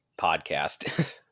podcast